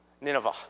Nineveh